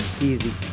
easy